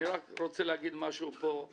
אני רק רוצה להגיד פה משהו אישי.